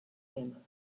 him